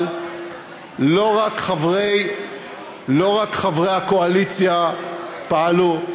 אבל לא רק חברי הקואליציה פעלו,